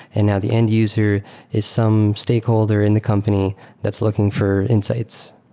and now the end user is some stakeholder in the company that's looking for insight,